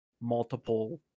multiple